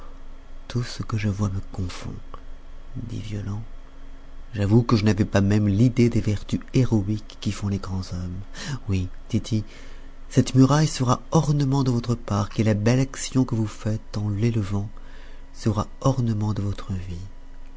tout ce que je vois me confond dit violent j'avoue que je n avais pas même l'idée des vertus héroïques qui font les grands hommes oui tity cette muraille fera l'ornement de votre parc et la belle action que vous faites en l'élevant sera l'ornement de votre vie